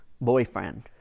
Boyfriend